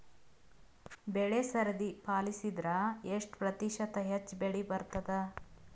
ಬೆಳಿ ಸರದಿ ಪಾಲಸಿದರ ಎಷ್ಟ ಪ್ರತಿಶತ ಹೆಚ್ಚ ಬೆಳಿ ಬರತದ?